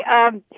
Okay